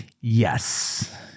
yes